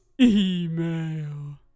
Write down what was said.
email